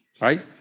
right